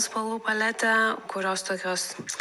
spalvų paletę kurios tokios